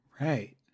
right